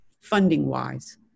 funding-wise